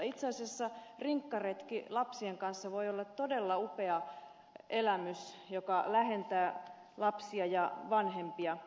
itse asiassa rinkkaretki lapsien kanssa voi olla todella upea elämys joka lähentää lapsia ja vanhempia